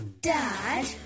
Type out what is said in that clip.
Dad